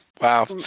Wow